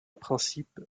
principe